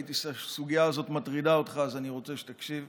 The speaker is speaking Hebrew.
ראיתי שהסוגיה הזאת מטרידה אותך אז אני רוצה שתקשיב.